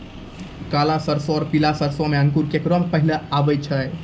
काला सरसो और पीला सरसो मे अंकुर केकरा मे पहले आबै छै?